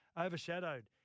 Overshadowed